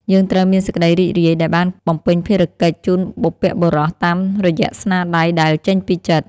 យើងត្រូវមានសេចក្តីរីករាយដែលបានបំពេញភារកិច្ចជូនបុព្វបុរសតាមរយៈស្នាដៃដែលចេញពីចិត្ត។